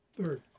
Third